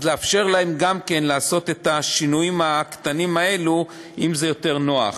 אז לאפשר להם גם לעשות את השינויים הקטנים האלה אם זה יותר נוח.